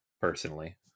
personally